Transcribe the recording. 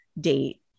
date